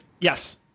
Yes